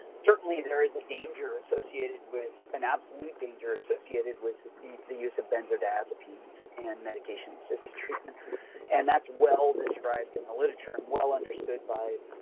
certainly there is a danger associated with an absolute danger associated with the use of benzodiazepines and medication-assisted treatment and that's well described in the literature and well understood by